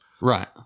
Right